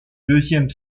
deuxième